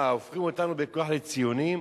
מה, הופכים אותנו בכוח לציונים?